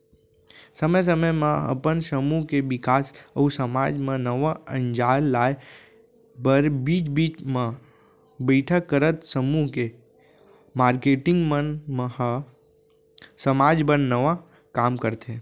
समे समे म अपन समूह के बिकास अउ समाज म नवा अंजार लाए बर बीच बीच म बइठक करत समूह के मारकेटिंग मन ह समाज बर नवा काम करथे